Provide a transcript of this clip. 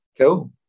Cool